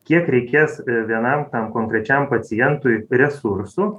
kiek reikės vienam tam konkrečiam pacientui resursų